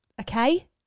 Okay